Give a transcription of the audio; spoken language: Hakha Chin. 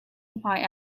hmai